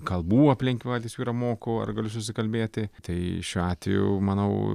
kalbų aplink baltijos jūrą moku ar galiu susikalbėti tai šiuo atveju manau